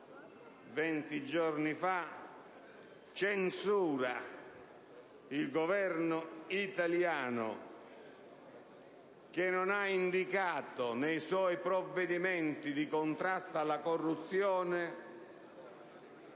- 20 giorni fa - censura il Governo italiano che non ha indicato nei suoi provvedimenti di contrasto alla corruzione